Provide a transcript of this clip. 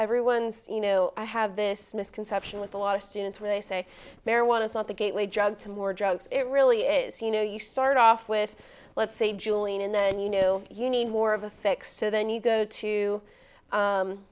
everyone's you know i have this misconception with a lot of students when they say marijuana is not the gateway drug to more drugs it really is you know you start off with let's say julian and then you know you need more of a fix so then you go to